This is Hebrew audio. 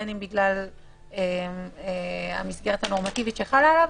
בין אם בגלל המסגרת הנורמטיבית שחלה עליו